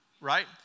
Right